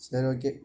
சரி ஓகே